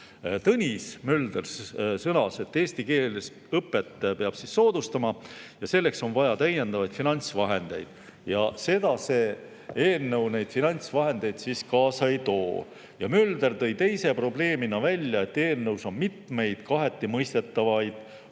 Tõnis Mölder sõnas, et eesti keeles õpet peab soodustama ja selleks on vaja täiendavaid finantsvahendeid, aga see eelnõu neid finantsvahendeid kaasa ei too. Mölder tõi teise probleemina välja, et eelnõus on mitmeid kaheti mõistetavaid